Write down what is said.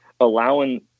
allowing